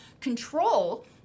control